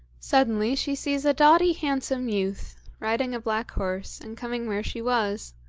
suddenly she sees a doughty handsome youth, riding a black horse, and coming where she was.